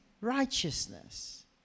righteousness